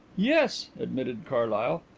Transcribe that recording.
yes, admitted carlyle.